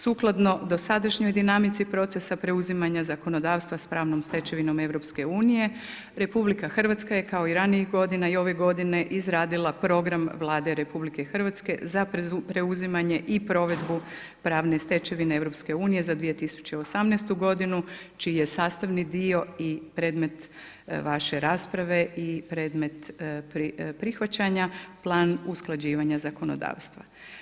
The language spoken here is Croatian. Sukladno dosadašnjoj dinamici procesa preuzimanja zakonodavstva s pravnom stečevinom EU, RH je kao i ranijih godina i ove godine izradila Program Vlade RH za preuzimanje i provedbu pravne stečevine EU za 2018. godinu, čiji je sastavni dio i predmet vaše rasprave i predmet prihvaćanja Plan usklađivanja gospodarstva.